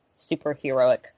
superheroic